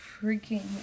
freaking